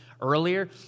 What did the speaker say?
earlier